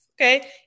okay